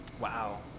Wow